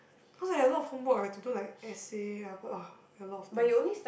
cause I have a lot of homework I have to do like essay ah ugh a lot of things